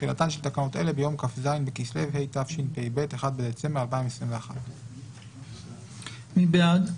תחילתן של תקנות אלה ביום כ״ז בכסלו התשפ״ב (1 בדצמבר 2021). מי בעד?